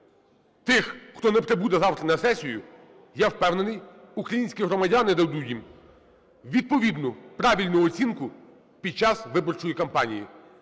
Тим, хто не прибуде завтра на сесію, я впевнений, українські громадяни дадуть їм відповідну правильну оцінку під час виборчої кампанії.